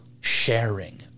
sharing